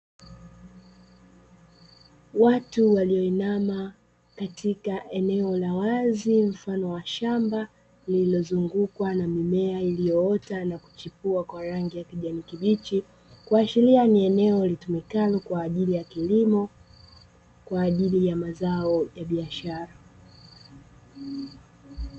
Watu walioinama katika eneo la wazi mfano wa shamba lililozungukwa na mimea iliyoota na kuchipua kwa rangi ya kijani kibichi, kuashiria ni eneo litumikalo kwa ajili ya kilimo kwa ajili ya mazao ya biashara.